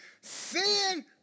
sin